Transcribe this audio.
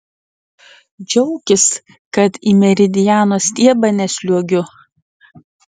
džiaukis kad į meridiano stiebą nesliuogiu